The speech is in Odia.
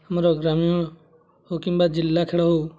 ଆମର ଗ୍ରାମୀଣ ହେଉ କିମ୍ବା ଜିଲ୍ଲା ଖେଳ ହେଉ